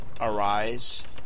arise